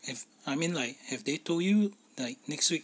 if I mean like have they told you like next week